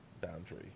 boundary